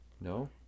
No